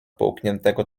połkniętego